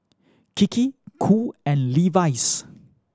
Kiki Cool and Levi's